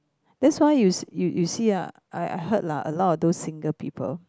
that's why you s~ you you see ah I I heard lah a lot of those single people